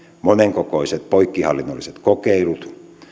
monenkokoiset poikkihallinnolliset kokeilut